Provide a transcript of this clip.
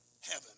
heaven